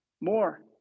more